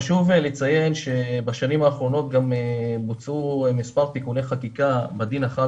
חשוב לציין שבשנים האחרונות גם בוצעו מספר תיקוני חקיקה בדין החל